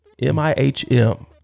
m-i-h-m